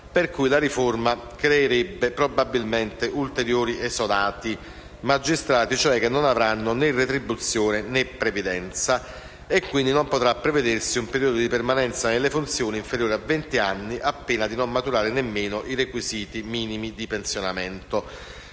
per cui la riforma creerebbe probabilmente ulteriori esodati, magistrati che non avranno né retribuzione né previdenza. Quindi, non potrà prevedersi un periodo di permanenza nelle funzioni inferiore a venti anni, a pena di non maturare nemmeno i requisiti minimi di pensionamento.